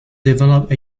develop